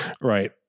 Right